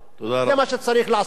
זה מה שצריך לעשות,